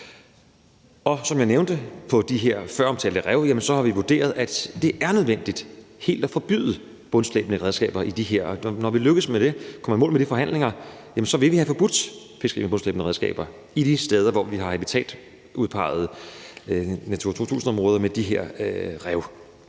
Som jeg nævnte om de her føromtalte rev, har vi vurderet, at det er nødvendigt helt at forbyde bundslæbende redskaber på de her, og når vi lykkes med det og kommer i mål med de forhandlinger, så vil vi have forbudt fiskeri med bundslæbende redskaber de steder, hvor vi har habitatudpegede Natura 2000-områder med de her rev